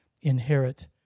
inherit